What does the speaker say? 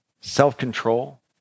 self-control